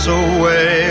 away